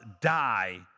die